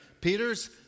Peter's